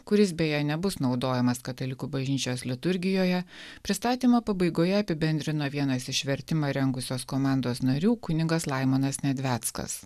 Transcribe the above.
kuris beje nebus naudojamas katalikų bažnyčios liturgijoje pristatymo pabaigoje apibendrino vienas iš vertimą rengusios komandos narių kunigas laimonas nedzveckas